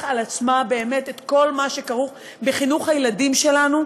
על עצמה באמת את כל מה שכרוך בחינוך הילדים שלנו.